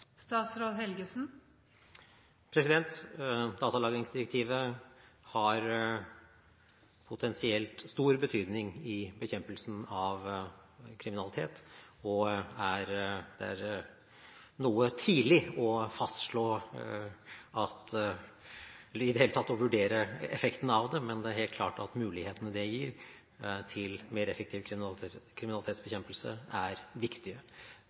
Datalagringsdirektivet har potensielt stor betydning i bekjempelsen av kriminalitet. Det er noe tidlig å fastslå eller i det hele tatt å vurdere effekten av det, men det er helt klart at mulighetene det gir til mer effektiv kriminalitetsbekjempelse, er viktige.